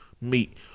meet